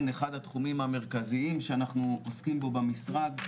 אחד התחומים המרכזיים שאנחנו עוסקים בו במשרד,